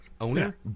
Owner